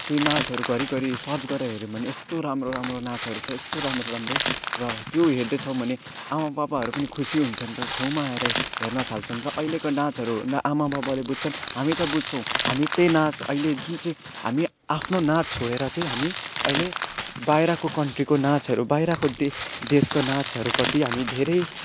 त्यो नाचहरू घरिघरि सर्च गरेर हेर्यो भने यस्तो राम्रो राम्रो नाचहरू छ यस्तो राम्रो राम्रो र त्यो हेर्दैछौँ भने आमापापाहरू पनि खुसी हुन्छन् र छेउमा आएर हेर्न थाल्छन् र अहिलेका नाचहरू न आमाबाबाले बुझ्छन् हामी त बुझ्छौँ हामी त्यही नाच अहिले जुन चाहिँ हामी आफ्नो नाच छोडेर चाहिँ हामी अहिले बाहिरको कन्ट्रीको नाचहरू बाहिरको देश देशको नाचहरूप्रति हामी धेरै